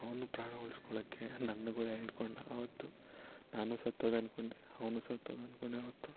ಅವನ ಪ್ರಾಣ ಉಳ್ಸ್ಕೊಳ್ಳೋಕೆ ನನ್ನೂ ಕೂಡ ಹಿಡ್ಕೊಂಡ ಆವತ್ತು ನಾನು ಸತ್ತೋದೆ ಅನ್ಕೊಂಡೆ ಅವನೂ ಸತ್ತೋದ ಅನ್ಕೊಂಡೆ ಆವತ್ತು